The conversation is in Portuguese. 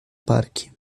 parque